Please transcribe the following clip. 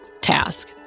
task